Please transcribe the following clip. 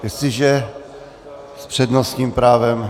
Jestliže s přednostním právem...